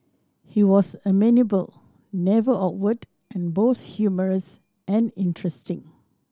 he was amenable never awkward and both humorous and interesting